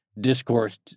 discourse